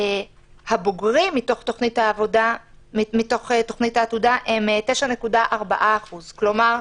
הבוגרים מתוך תוכנית העתודה הם 9.4%. כלומר,